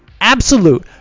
absolute